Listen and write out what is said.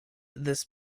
this